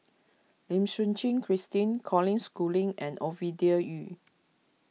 Lim Suchen Christine Colin Schooling and Ovidia Yu